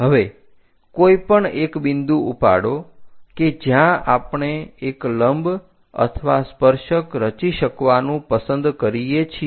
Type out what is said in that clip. હવે કોઈપણ એક બિંદુ ઉપાડો કે જ્યાં આપણે એક લંબ અથવા સ્પર્શક રચી શકવાનું પસંદ કરીએ છીએ